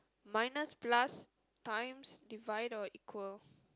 minus plus times divide or equal